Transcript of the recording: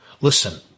Listen